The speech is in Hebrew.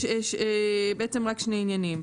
בעצם רק שני ענייניים,